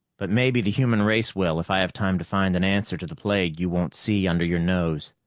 but maybe the human race will, if i have time to find an answer to the plague you won't see under your nose.